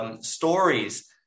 stories